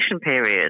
period